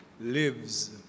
lives